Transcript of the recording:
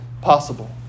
possible